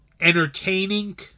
entertaining